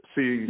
See